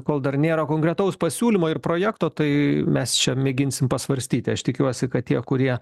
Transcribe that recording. kol dar nėra konkretaus pasiūlymo ir projekto tai mes čia mėginsim pasvarstyti aš tikiuosi kad tie kurie